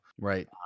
right